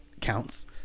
Counts